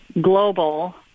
global